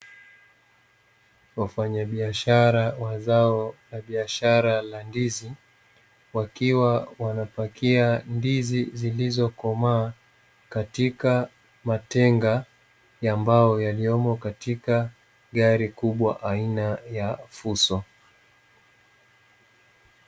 Wafanyabiashara wa zao la biashara la ndizi, wakiwa wanapakia ndizi zilizokomaa katika matenga ya mbao yaliomo katika gari kubwa aina ya fuso.